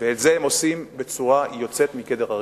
ואת זה הם עושים בצורה יוצאת מגדר הרגיל.